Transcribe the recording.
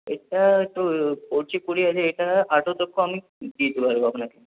এটা তো ও পড়ছে কুড়ি হাজার এটা কম আমি দিয়ে দিতে পারব আপনাকে